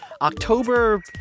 October